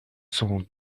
sont